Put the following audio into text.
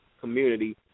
community